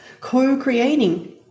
Co-creating